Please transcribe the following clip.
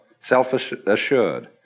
self-assured